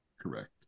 correct